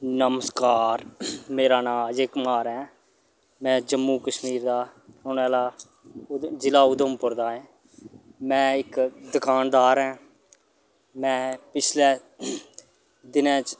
नमस्कार मेरा नांऽ अजय कमार ऐ मैं जम्मू कश्मीर दा रौह्ने आह्ला जि'ला उधमपुर दा आं मैं इक दकानदार आं मैं पिछ्लै दिनें च